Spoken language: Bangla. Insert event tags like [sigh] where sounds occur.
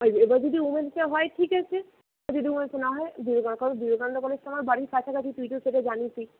[unintelligible] এবার যদি উমেন্সে হয় ঠিক আছে যদি উমেন্সে না হয় বিবেকানন্দ কলেজ বিবেকানন্দ কলেজ তো আমার বাড়ির কাছাকাছি তুই তো সেটা জানিসই